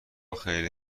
خیلی